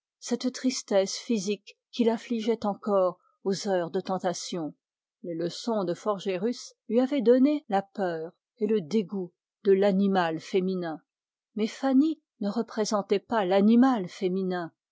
cette tristesse physique qui l'affligeait encore aux heures de tentation les leçons de forgerus lui avaient donné le peu de l animal féminin mais fanny ne représentait pas l animal féminin